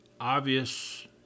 obvious